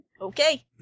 Okay